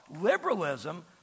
liberalism